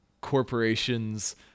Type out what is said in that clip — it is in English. corporations